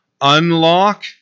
unlock